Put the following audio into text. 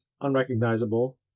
unrecognizable